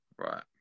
Right